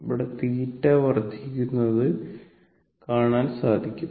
ഇവിടെ θ വർദ്ധിക്കുന്നത് കാണാൻ സാധിക്കും